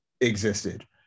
existed